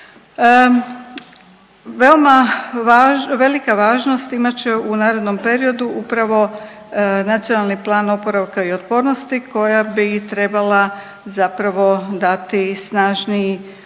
velika važnost imat će u narednom periodu upravo Nacionalni plan oporavka i otpornosti koja bi trebala zapravo dati snažni